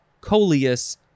coleus